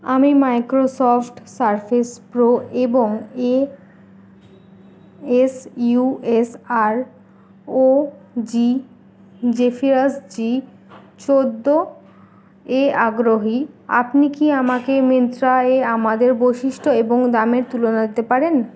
আমি Microsoft Surface Pro এবং A S U S R O G Zephyrus G চোদ্দো এ আগ্রহী আপনি কি আমাকে মিন্ত্রা এ আমাদের বৈশিষ্ট্য এবং দামের তুলনা দিতে পারেন